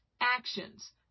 actions